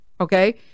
Okay